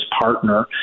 partner